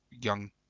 young